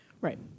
Right